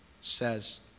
says